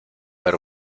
ver